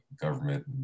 government